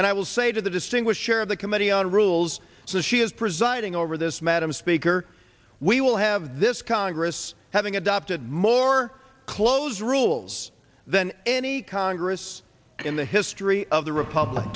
and i will say to the distinguished chair of the committee on rules so she is presiding over this madam speaker we will have this congress having adopted more close rules than any congress in the history of the republic